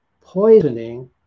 poisoning